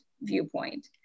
viewpoint